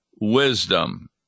wisdom